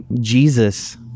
Jesus